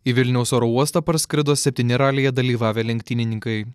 į vilniaus oro uostą parskrido septyni ralyje dalyvavę lenktynininkai